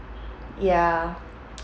ya